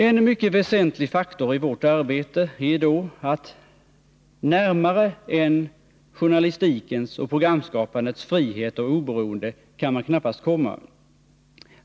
En mycket väsentlig faktor i vårt arbete är då att närmare en journalistikens och programskapandets frihet och oberoende kan man knappast komma.